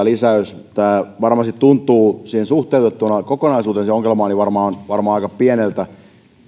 lisäys terveet tilat toimenpideohjelmaan tuntuu suhteutettuna kokonaisuuteen siihen ongelmaan varmaan aika pieneltä